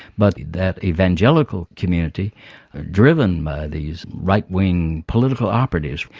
but that evangelical community driven by these right wing political operatives,